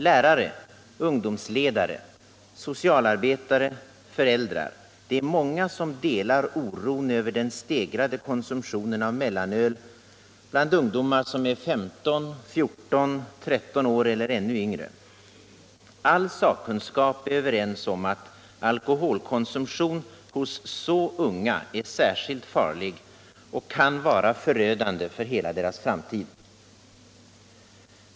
Lärare, ungdomsledare, socialarbetare, föräldrar — det är många som delar oron över den stegrade konsumtionen av mellanöl bland ungdomar som är 15, 14, 13 år eller ännu yngre. All sakkunskap är överens om att alkoholkonsumtion hos så unga är särskilt farlig och kan vara förödande för hela deras framtid.